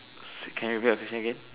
sorry can you repeat your question again